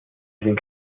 sind